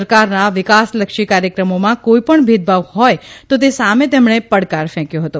સરકારના વિકાસલક્ષી કાર્યક્રમોમાં કોઇપણ ભેદભાવ હોય તો તે સામે તેમણે પડકાર ફેકથો હતો